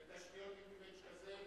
ותשתיות עם קוועץ' כזה,